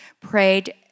prayed